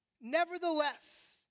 Nevertheless